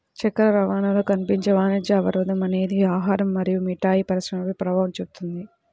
చక్కెర రవాణాలో కనిపించే వాణిజ్య అవరోధం అనేది ఆహారం మరియు మిఠాయి పరిశ్రమపై ప్రభావం చూపుతుంది